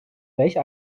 welche